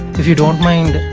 if you don't mind,